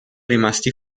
rimasti